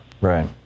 Right